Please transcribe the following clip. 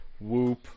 Whoop